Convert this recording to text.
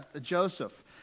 Joseph